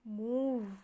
move